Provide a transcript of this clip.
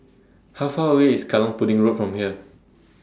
How Far away IS Kallang Pudding Road from here